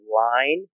line